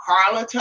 Carla